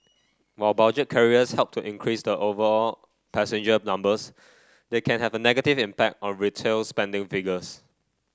while budget carriers help to increase the overall passenger numbers they can have a negative impact on retail spending figures